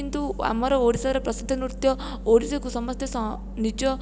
କିନ୍ତୁ ଆମର ଓଡ଼ିଶାରେ ପ୍ରସିଦ୍ଧ ନୃତ୍ୟ ଓଡ଼ିଶୀ କୁ ସମସ୍ତେ ନିଜ